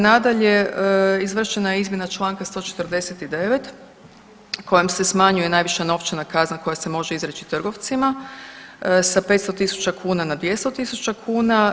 Nadalje, izvršena je izmjena članka 149. kojom se smanjuje najviša novčana kazna koja se može izreći trgovcima sa 500 000 kuna na 200 000 kuna.